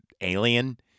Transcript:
alien